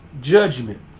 judgment